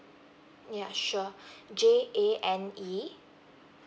yeah sure J A N E